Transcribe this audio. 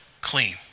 clean